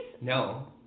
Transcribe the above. No